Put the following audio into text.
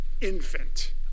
infant